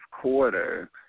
quarter